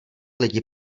lidi